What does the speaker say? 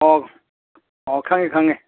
ꯑꯣ ꯑꯣ ꯈꯪꯏ ꯈꯪꯏ